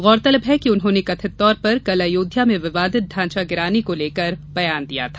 गौरतलब है कि उन्होंने कथित तौर पर कल अयोध्या में विवादित ढांचा गिराने को लेकर बयान दिया था